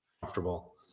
Comfortable